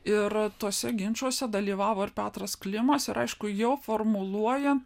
ir tuose ginčuose dalyvavo ir petras klimas ir aišku jau formuluojant